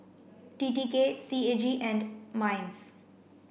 T T K C A G and MINDS